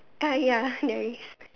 ah ya nice